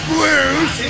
Blues